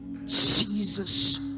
Jesus